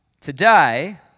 today